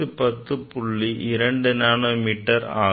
2 nano metre ஆகும்